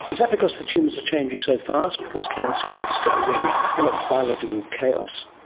but because the tumours are changing so fast because cancer is really a biological chaos?